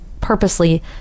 purposely